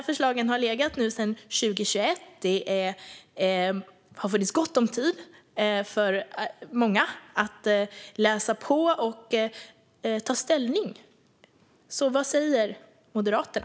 Förslagen har legat sedan 2021, och det har funnits gott om tid att läsa på och ta ställning. Så vad säger Moderaterna?